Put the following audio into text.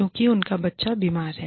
क्योंकि उनका बच्चा बीमार है